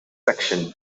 section